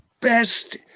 best